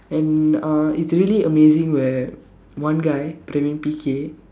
and uh it's really amazing where one guy Pravin P K